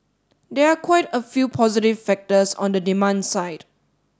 there are quite a few positive factors on the demand side